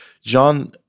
John